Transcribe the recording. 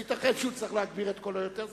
ייתכן שהוא צריך להגביר את קולו יותר,